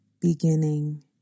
beginning